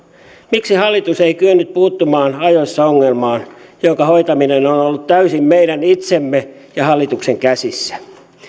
miksi hallitus ei kyennyt puuttumaan ajoissa ongelmaan jonka hoitaminen on on ollut täysin meidän itsemme ja hallituksen käsissä